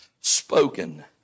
spoken